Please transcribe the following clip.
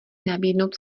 nabídnout